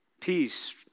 Peace